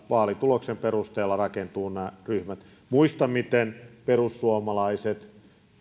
vaalituloksen perusteella rakentuvat nämä ryhmät muistan miten perussuomalaiset